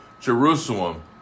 Jerusalem